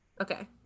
okay